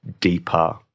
deeper